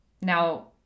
Now